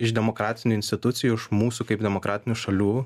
iš demokratinių institucijų iš mūsų kaip demokratinių šalių